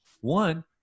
One